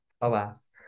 alas